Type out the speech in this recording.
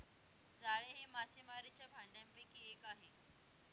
जाळे हे मासेमारीच्या भांडयापैकी एक आहे